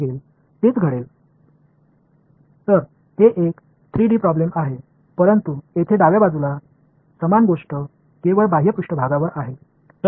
எனவே இது ஒரு 3D சிக்கல் ஆனால் இங்கே இடது புறத்தில் உள்ள அதே விஷயம் வெளிப்புற மேற்பரப்பில் மட்டுமே உள்ளது